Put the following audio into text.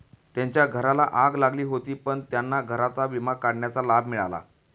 त्यांच्या घराला आग लागली होती पण त्यांना घराचा विमा काढण्याचा लाभ मिळाला